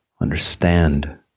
understand